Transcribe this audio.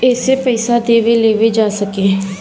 एसे पइसा देवे लेवे जा सके